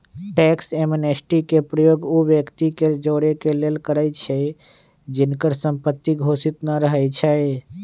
tax amnesty के प्रयोग उ व्यक्ति के जोरेके लेल करइछि जिनकर संपत्ति घोषित न रहै छइ